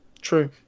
True